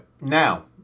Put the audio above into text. Now